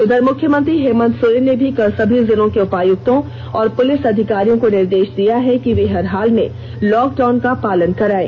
उधर मुख्यमंत्री हेमंत सोरेन ने भी कल सभी जिलों के उपायुक्तों और पुलिस अधिकारियों को निर्देष दिया है कि वे हर हाल में लॉकडाउन का पालन करायें